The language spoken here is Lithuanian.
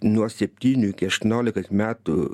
nuo septynių iki aštuoniolikas metų